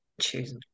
choose